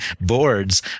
boards